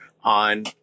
on